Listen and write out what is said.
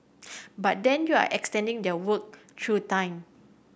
but then you're extending their work through time